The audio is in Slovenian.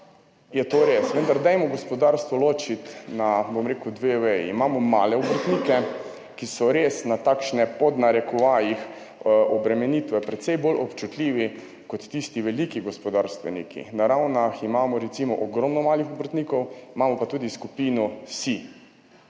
je to res, vendar dajmo gospodarstvo ločiti na dve veji. Imamo male obrtnike, ki so res na takšne, pod narekovajih, obremenitve precej bolj občutljivi kot tisti veliki gospodarstveniki. Na Ravnah imamo recimo ogromno malih obrtnikov, imamo pa tudi Skupino SIJ.